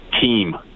team